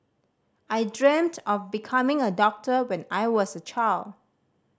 I dreamt of becoming a doctor when I was a child